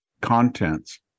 contents